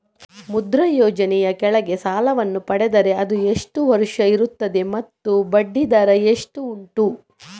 ಮುದ್ರಾ ಯೋಜನೆ ಯ ಕೆಳಗೆ ಸಾಲ ವನ್ನು ಪಡೆದರೆ ಅದು ಎಷ್ಟು ವರುಷ ಇರುತ್ತದೆ ಮತ್ತು ಬಡ್ಡಿ ದರ ಎಷ್ಟು ಉಂಟು?